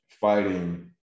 fighting